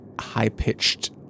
high-pitched